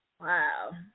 Wow